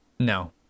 No